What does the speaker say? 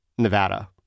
Nevada